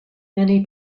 many